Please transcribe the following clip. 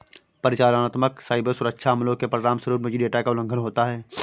परिचालनात्मक साइबर सुरक्षा हमलों के परिणामस्वरूप निजी डेटा का उल्लंघन होता है